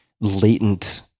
latent